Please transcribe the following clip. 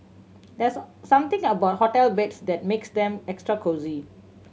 there's something about hotel beds that makes them extra cosy